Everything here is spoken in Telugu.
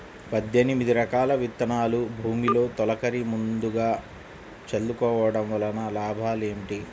పద్దెనిమిది రకాల విత్తనాలు భూమిలో తొలకరి ముందుగా చల్లుకోవటం వలన లాభాలు ఏమిటి?